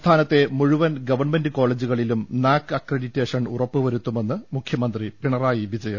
സംസ്ഥാനത്തെ മുഴുവൻ ഗവൺമെന്റ് കോളജുകളിലും നാക് അക്രഡിറ്റേഷൻ ഉറപ്പ് വരുത്തുമെന്ന് മുഖ്യമന്ത്രി പിണറായി വിജ യൻ